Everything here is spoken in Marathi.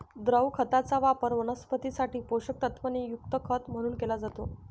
द्रव खताचा वापर वनस्पतीं साठी पोषक तत्वांनी युक्त खत म्हणून केला जातो